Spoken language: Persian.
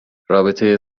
رابطه